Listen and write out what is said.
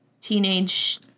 teenage